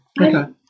Okay